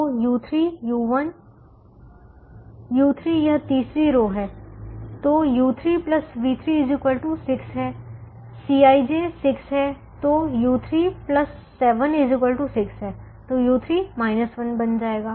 तो u3 ui u3 यह तीसरी रो है तो u3 v3 6 है Cij 6 है तो u3 7 6 है तो u3 1 बन जाएगा